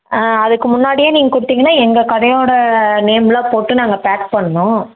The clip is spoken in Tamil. ஆ அதுக்கு முன்னாடியே நீங்கள் கொடுத்தீங்கன்னா எங்கள் கடையோடய நேமெலாம் போட்டு நாங்கள் பேக் பண்ணணும்